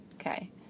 Okay